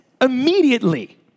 Immediately